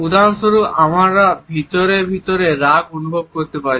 উদাহরণস্বরূপ আমরা ভিতরে ভিতরে রাগ অনুভব করতে পারি